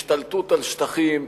השתלטות על שטחים.